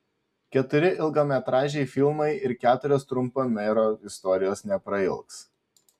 keturi ilgametražiai filmai ir keturios trumpo mero istorijos neprailgs